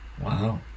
Wow